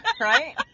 Right